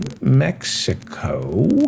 Mexico